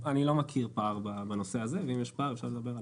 אני לא מכיר פער בנושא הזה ואם יש פער אפשר לדבר עליו.